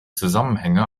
zusammenhänge